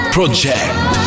Project